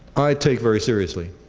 i take very seriously